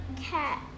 cat